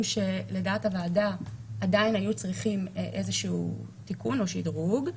שלדעת הוועדה עדיין היו צריכים איזה שהוא תיקון או שדרוג.